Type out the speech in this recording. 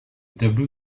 tableau